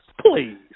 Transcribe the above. Please